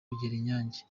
rugerinyange